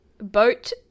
Boat